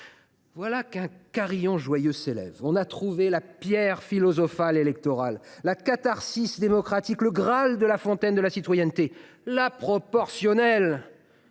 Voilà qu’un carillon joyeux s’élève ! On a trouvé la pierre philosophale électorale, la catharsis démocratique, le graal de la fontaine de la citoyenneté : la proportionnelle